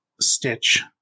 Stitch